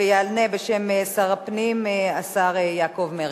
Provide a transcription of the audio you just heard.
ויענה בשם שר הפנים השר יעקב מרגי,